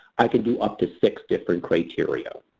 i can do up to six different criteria.